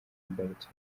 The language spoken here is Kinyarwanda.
imbarutso